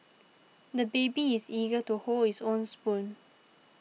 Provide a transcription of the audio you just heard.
the baby is eager to hold his own spoon